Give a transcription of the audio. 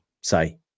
say